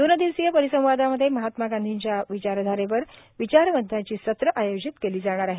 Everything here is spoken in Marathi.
दोन दिवसीय परिसंवादामध्ये महात्मा गांधीच्या विचारधारेवर विचारवंताची सत्रे आयोजित केली जाणार आहेत